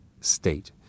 state